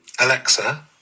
Alexa